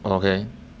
ya okay